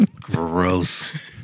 Gross